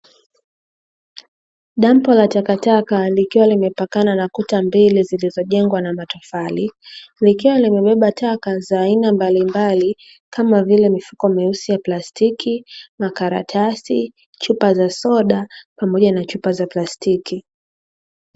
Dampo la takataka likiwa limepakana na kuta mbili zilizojengwa na matofali, likiwa limebeba taka za aina mbalimbali kama vile: mifuko myeusi ya plastiki, makaratasi, chupa za soda pamoja na chupa za plastiki.